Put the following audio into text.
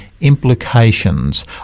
implications